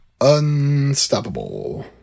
Unstoppable